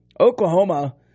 Oklahoma